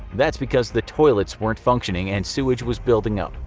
that's because the toilets weren't functioning and sewage was building up.